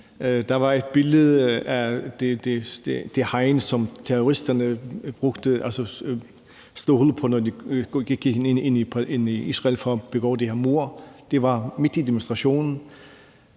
Der var et billede af det hegn, som terroristerne klippede hul i, da de gik ind i Israel for at begå de her mord – det befandt sig i demonstrationens